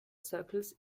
circles